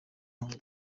nto